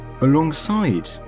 alongside